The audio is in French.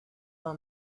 d’un